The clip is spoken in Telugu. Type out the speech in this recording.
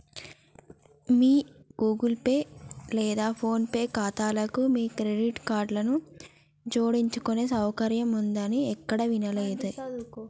మీ గూగుల్ పే లేదా ఫోన్ పే ఖాతాలకు మీ క్రెడిట్ కార్డులను జోడించుకునే సౌకర్యం ఉందని ఎక్కడా వినలేదే